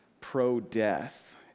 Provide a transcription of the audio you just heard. pro-death